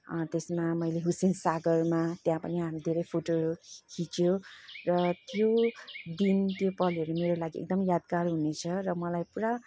त्यसमा मैले हुसैन सागरमा त्यहाँ पनि हामीले धेरै फोटोहरू खिच्यौँ र त्यो दिन त्यो पलहरू मेरो लागि एकदम यादगार हुनेछ र मलाई पुरा